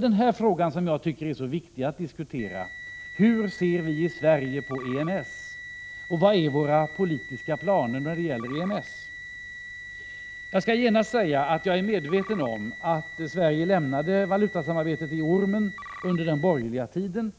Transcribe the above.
Den fråga som jag tycker är så viktig att diskutera är hur vi i Sverige ser på EMS och vad våra politiska planer är när det gäller EMS. Jag skall genast säga att jag är medveten om att Sverige lämnade valutasamarbetet i ormen under den borgerliga tiden.